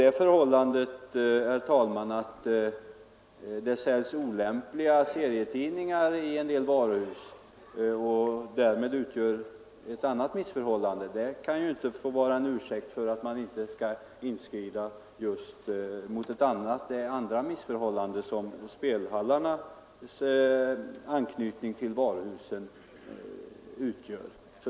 Den omständigheten, herr talman, att det säljs olämpliga serietidningar i en del varuhus, vilket är ett annat missförhållande, kan ju inte få vara en ursäkt för att man inte skall ingripa just mot det missförhållande som spelhallarnas anknytning till varuhusen utgör.